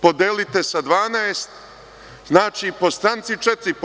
Podelite to sa 12, znači, po stranci 4%